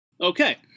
Okay